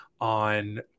on